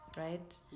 right